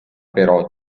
però